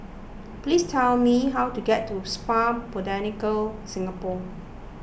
please tell me how to get to a Spa Botanica Singapore